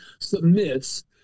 submits